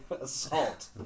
Assault